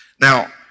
Now